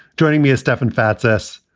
joining me is stefan fatsis,